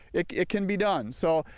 it it can be done so.